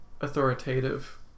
authoritative